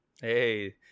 Hey